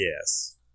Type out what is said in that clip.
yes